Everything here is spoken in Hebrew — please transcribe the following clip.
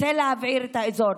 רוצה להבעיר את האזור,